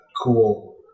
cool